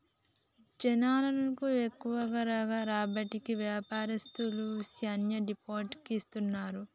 జనాలను ఎక్కువగా రాబట్టేకి వ్యాపారస్తులు శ్యానా డిస్కౌంట్ కి ఇత్తన్నారు